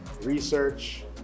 research